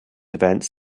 events